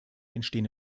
entstehen